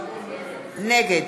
נגד